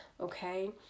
okay